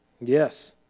Yes